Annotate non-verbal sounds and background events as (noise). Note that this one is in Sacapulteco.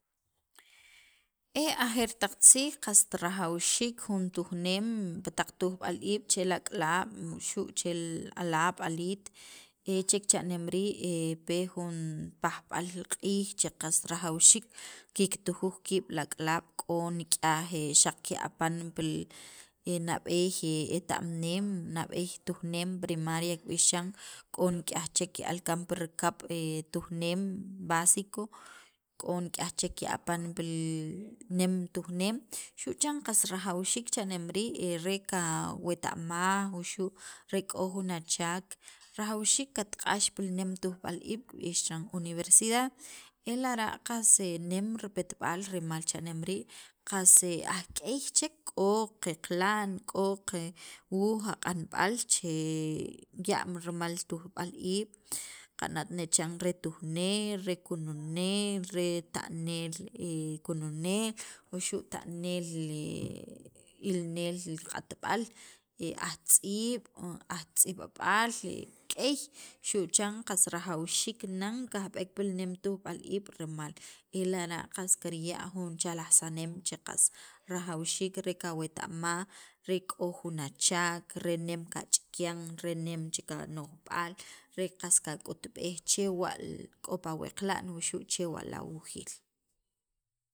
e ajeer taq tziij qast rajawxiik jun tujneem pi taq tujb'al iib' che li ak'alaab' xu' chel alaab' aliit, e chek cha'nem rii' pe jun pajb'al q'iij che qas rajawxiik kiktujuj kiib' li ak'alaab'k'o nik'yaj xaq keapan pil nab'eey eta'mneem nab'eey tujneem primaria kib'ix chiran k'o nik'yaj chek ke'al kaan pi rikab' tujneem b'asico. k'o nik'yaj chek ke'apan pi nem tujneem xu' chan qas rajwxiik cha'nem rii' re ka weta'maj wuxu' k'o jun achaak rajawxiik katk'ax pi li nem tujb'al iib' kib'ix chiran universidad e lara' qas nem qaripetb'al rimaq qas aj k'ey chek k'o qeqla'n k'o qawuuj aq'anb'al ya'm rimal li tujb'aal iib' qanat' chiran re tujneem, kununeem ta'neel kununeel wuxu' ta'neel (hesitation) li ilneel q'atb'al ajtz'iib' ajtz'ib'ab'al k'ey xu' chan qas rajawxiik nan kajb'ek pil nem tujb'al iib' rimal e lara' kirya' jun chalajsib'al che qas rajawxiik re kaweta'maj re k'o jun achaak re nem kach'ikyan re nem chek ano'jb'aal re qas kak'utb'ej chewa' k'o pa weqla'n wuxu' chewa' lawujiil